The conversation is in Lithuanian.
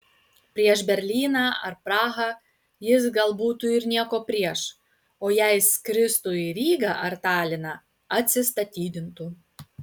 prieš berlyną ar prahą jis gal būtų ir nieko prieš o jei skirtų į rygą ar taliną atsistatydintų